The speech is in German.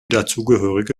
dazugehörige